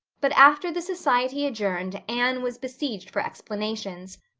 but after the society adjourned anne was besieged for explanations.